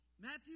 Matthew